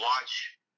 watch